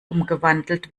umgewandelt